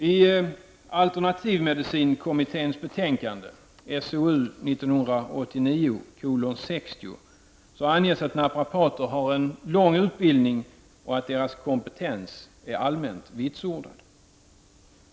I alternativmedicinkommitténs betänkande, SOU 1989:60, anges att naprapater har en lång utbildning och att deras kompetens är allmänt vitsordad.